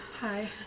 hi